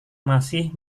masih